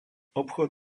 obchod